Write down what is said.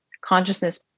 consciousness